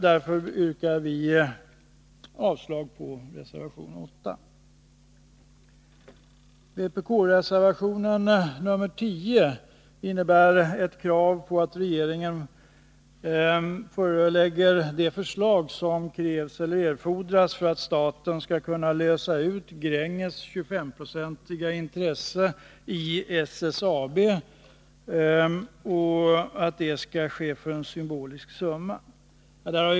Därför yrkar vi avslag på reservation 8. Vpk-reservationen 10 innebär ett krav på att regeringen förelägger riksdagen förslag till åtgärder som erfordras för att staten skall kunna lösa ut Gränges 25-procentiga intresse i SSAB och att det skall ske för en symbolisk summa.